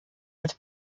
als